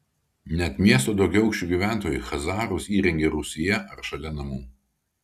net miesto daugiaaukščių gyventojai chazarus įrengia rūsyje ar šalia namų